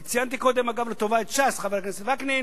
אגב, ציינתי קודם את ש"ס לטובה, חבר הכנסת וקנין,